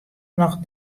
noch